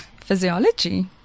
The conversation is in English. physiology